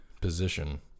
position